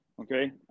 Okay